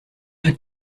hat